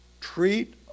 treat